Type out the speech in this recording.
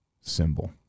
symbol